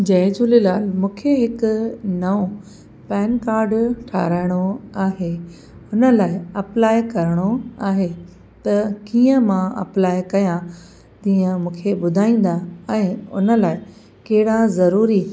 जय झूलेलाल मूंखे हिकु नओं पैन कार्ड ठाराहिणो आहे हुन लाइ अप्लाई करिणो आहे त कीअं मां अप्लाई कयां तीअं मूंखे ॿुधाईंदा ऐं उन लाइ कहिड़ा ज़रूरी